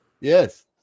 Yes